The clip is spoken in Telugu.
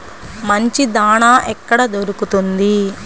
మంచి దాణా ఎక్కడ దొరుకుతుంది?